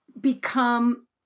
become